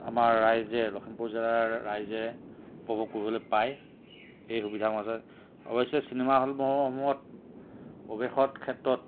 আমাৰ ৰাইজে লখিমপুৰ জিলাৰ ৰাইজে উপভোগ কৰিবলৈ পায় এই সুবিধাৰ মাজত অৱশ্যে চিনেমা হলসমূহ সমূহত প্ৰৱেশৰ ক্ষেত্ৰত